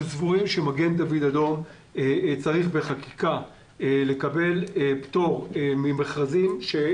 אנחנו סבורים שמגן דוד אדום צריך בחקיקה לקבל פטור ממכרזים כאשר